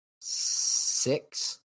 Six